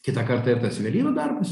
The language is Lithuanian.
kitą kartą ir tas juvelyro darbas